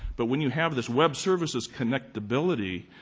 but when you have this web-services connectability,